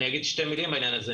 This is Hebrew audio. אני אומר שתי מלים בעניין הזה,